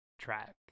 track